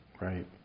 right